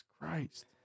Christ